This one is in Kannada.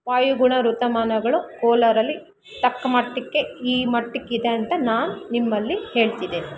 ವಾಯುಗುಣ ಋತುಮಾನಗಳು ಕೋಲಾರಲ್ಲಿ ತಕ್ಮಟ್ಟಕ್ಕೆ ಈ ಮಟ್ಟಕ್ಕಿದೆ ಅಂತ ನಾನು ನಿಮ್ಮಲ್ಲಿ ಹೇಳ್ತಿದ್ದೀನಿ